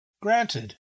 Granted